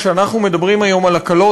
כשאנחנו מדברים היום על הקלות,